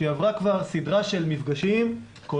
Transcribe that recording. שהיא עברה כבר סדרה של מפגשים כולל